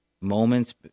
Moments